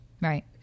right